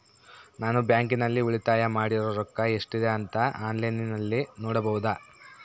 ನಾನು ಬ್ಯಾಂಕಿನಲ್ಲಿ ಉಳಿತಾಯ ಮಾಡಿರೋ ರೊಕ್ಕ ಎಷ್ಟಿದೆ ಅಂತಾ ಆನ್ಲೈನಿನಲ್ಲಿ ನೋಡಬಹುದಾ?